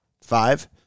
Five